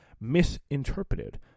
misinterpreted